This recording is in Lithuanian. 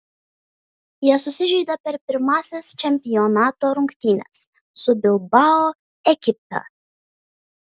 jie susižeidė per pirmąsias čempionato rungtynes su bilbao ekipa